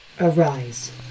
Arise